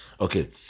Okay